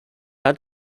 had